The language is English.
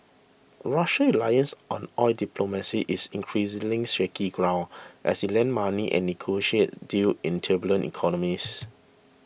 Russia's reliance on oil diplomacy is increasingly shaky grounds as it lends money and negotiates deals in turbulent economies